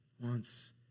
wants